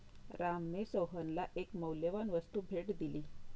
रामने सोहनला एक मौल्यवान वस्तू भेट दिली